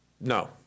No